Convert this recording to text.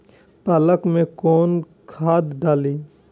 पालक में कौन खाद डाली?